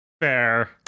Fair